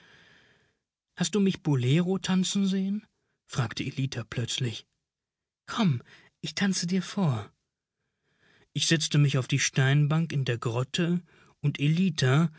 hast du mich bolero tanzen sehen fragte ellita plötzlich komm ich tanze dir vor ich setzte mich auf die steinbank in der grotte und ellita